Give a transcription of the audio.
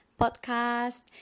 podcast